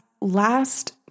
last